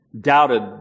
doubted